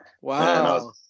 wow